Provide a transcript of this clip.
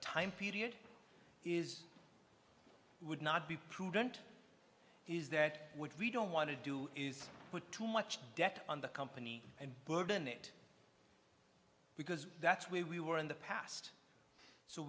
time period is would not be prudent is that would we don't want to do is put too much debt on the company and burden it because that's where we were in the past so